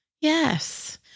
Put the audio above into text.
Yes